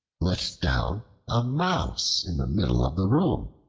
let down a mouse in the middle of the room.